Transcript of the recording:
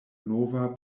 nova